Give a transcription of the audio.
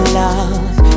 love